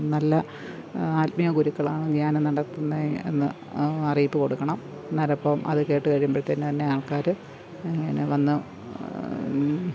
നല്ല ആത്മീയ ഗുരുക്കളാണ് ധ്യാനം നടത്തുന്നതെന്ന് അറീയിപ്പ് കൊടുക്കണം എന്നാലപ്പോള് അത് കേട്ടു കഴിയുമ്പഴത്തേനന്നെ ആൾക്കാര് അങ്ങനെവന്ന്